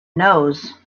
knows